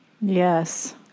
Yes